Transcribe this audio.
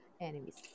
enemies